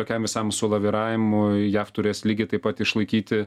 tokiam visam sulaviravimui jav turės lygiai taip pat išlaikyti